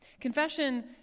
Confession